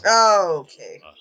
Okay